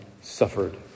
suffered